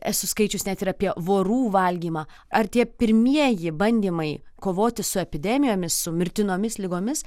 esu skaičius net ir apie vorų valgymą ar tie pirmieji bandymai kovoti su epidemijomis su mirtinomis ligomis